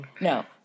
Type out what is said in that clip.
No